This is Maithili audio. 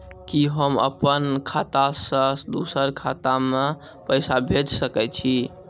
कि होम अपन खाता सं दूसर के खाता मे पैसा भेज सकै छी?